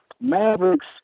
Maverick's